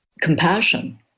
compassion